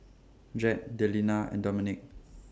Jett Delina and Dominque